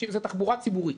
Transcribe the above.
זו תחבורה ציבורית.